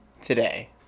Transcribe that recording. today